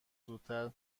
زودتر